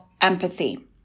empathy